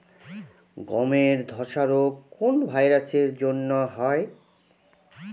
গমের ধসা রোগ কোন ভাইরাস এর জন্য হয়?